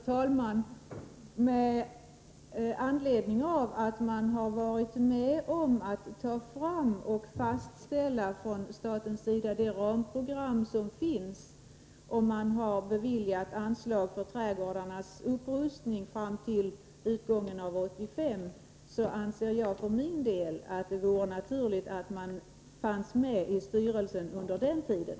Herr talman! Staten har varit med om att ta fram och fastställa det ramprogram som finns, och man har beviljat anslag för trädgårdarnas upprustning fram till utgången av 1985. Därför anser jag för min del att det vore naturligt att staten förblev representerad i styrelsen under den tiden.